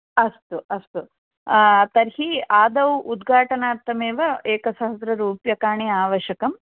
अस्तु अस्तु तर्हि आदौ उद्घाटनार्थम् एव एक सहस्त्र रूप्यकाणि आवश्यकम्